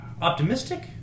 optimistic